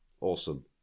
Awesome